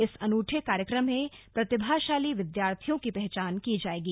इस अनूठे कार्यक्रम में प्रतिभाशाली विद्यार्थियों की पहचान की जाएगी